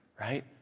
right